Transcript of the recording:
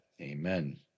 Amen